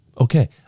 Okay